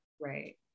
right